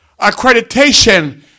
Accreditation